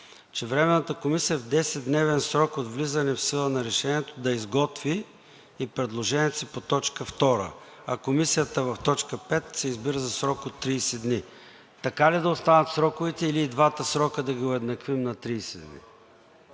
че Временната комисия в 10-дневен срок от влизане в сила на решението да изготви и предложенията си по т. 2. А Комисията в т. 5 се избира за срок от 30 дни. Така ли да останат сроковете, или и двата срока да ги уеднаквим на 30 дни?